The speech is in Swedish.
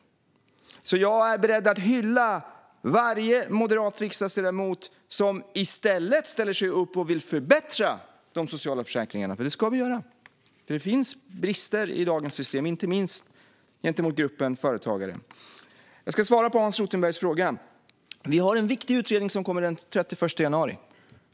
Jag är beredd att hylla varje moderat riksdagsledamot som ställer sig upp och vill förbättra de sociala försäkringarna, för det ska vi göra. Det finns brister i dagens system, inte minst gentemot gruppen företagare. Jag ska svara på Hans Rothenbergs fråga. Vi har en viktig utredning som kommer den 31 januari.